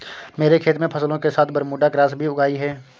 मेरे खेत में फसलों के साथ बरमूडा ग्रास भी उग आई हैं